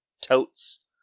totes